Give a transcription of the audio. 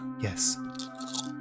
Yes